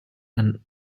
and